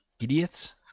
Idiots